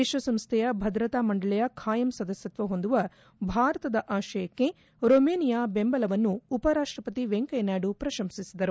ವಿಶ್ವಸಂಸ್ವೆಯ ಭದ್ರತಾ ಮಂಡಳಿಯ ಖಾಯಂ ಸದಸ್ಟತ್ವ ಹೊಂದುವ ಭಾರತದ ಆಶಯಕ್ಕೆ ರೊಮಾನಿಯ ಬೆಂಬಲವನ್ನು ಉಪರಾಷ್ಟಪತಿ ವೆಂಕಯ್ಯ ನಾಯ್ಡು ಪ್ರಶಂಸಿಸಿದರು